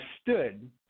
stood